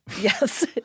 Yes